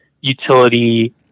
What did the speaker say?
utility